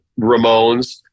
Ramones